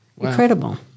Incredible